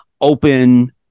open